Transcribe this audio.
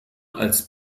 als